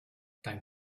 dann